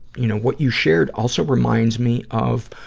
you know, what you shared also reminds me of,